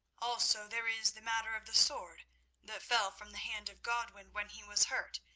also, there is the matter of the sword that fell from the hand of godwin when he was hurt,